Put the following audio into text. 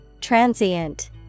Transient